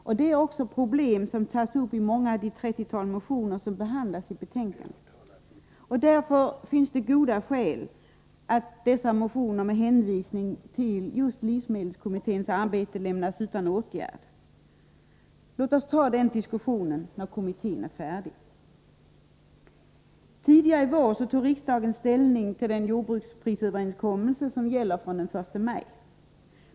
Detta är också problem som tas upp i många av det trettiotal motioner som behandlas i betänkandet. Därför finns det goda skäl för att dessa motioner lämnas, med hänvisning till livsmedelskommitténs arbete, utan åtgärd. Låt oss ta upp den diskussionen när kommittén är färdig. Tidigare i vår tog riksdagen ställning till den jordbruksprisöverenskommelse som gäller fr.o.m. den 1 maj.